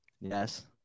yes